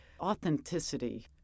authenticity